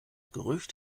gerücht